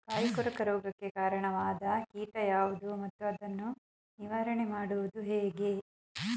ಕಾಯಿ ಕೊರಕ ರೋಗಕ್ಕೆ ಕಾರಣವಾದ ಕೀಟ ಯಾವುದು ಮತ್ತು ಅದನ್ನು ನಿವಾರಣೆ ಮಾಡುವುದು ಹೇಗೆ?